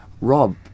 Rob